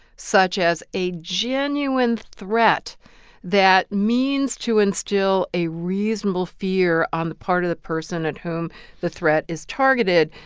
such as a genuine threat that means to instill a reasonable fear on the part of the person at whom the threat is targeted,